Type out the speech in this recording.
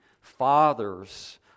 fathers